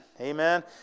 Amen